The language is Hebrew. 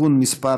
(תיקון מס'